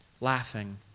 laughing